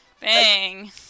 bang